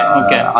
okay